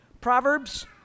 Proverbs